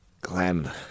Glenn